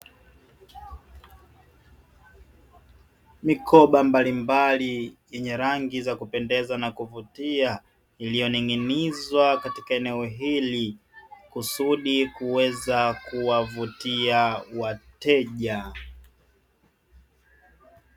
Mikoba mbalimbali yenye rangi za kupendeza na kuvutia iliyoning'inizwa katika eneo hili kusudi kuweza kuwavutia wateja.